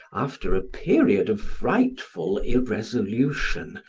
after a period of frightful irresolution,